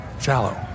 Shallow